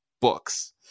books